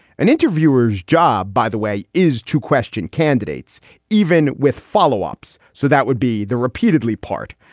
an interviewer's job, by the way, is to question candidates even with follow ups. so that would be the repeatedly part.